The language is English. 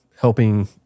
helping